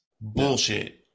Bullshit